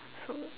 so